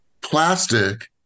plastic